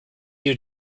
you